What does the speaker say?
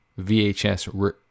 VHS